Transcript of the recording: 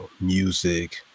music